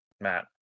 Matt